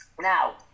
now